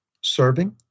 serving